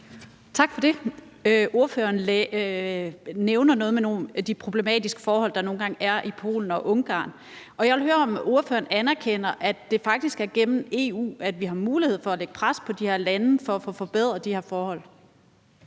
Tak for det. Ordføreren nævner de problematiske forhold, der nogle gange er i Polen og Ungarn, og jeg vil høre, om ordføreren anerkender, at det faktisk er gennem EU, vi har mulighed for at lægge pres på de her lande for at få forbedret de her forhold.